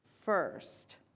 first